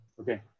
Okay